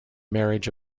marriage